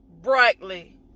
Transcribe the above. brightly